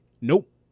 Nope